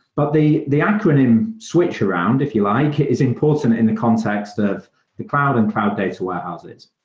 but the the acronym switch around, if you like, is important in the context of the cloud and cloud data warehouses.